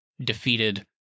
defeated